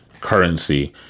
currency